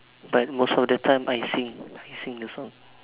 but most of the time I sing I sing the song